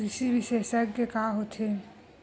कृषि विशेषज्ञ का होथे?